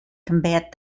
combat